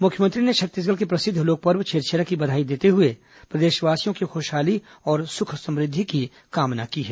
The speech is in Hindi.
मुख्यमंत्री ने छत्तीसगढ़ के प्रसिद्ध लोक पर्व छेरछेरा की बधाई देते हुए प्रदेशवासियों की खुशहाली और सुख समृद्धि की कामना की है